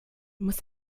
muss